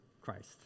Christ